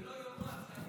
שלא יאמר שאני,